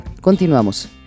Continuamos